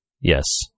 Yes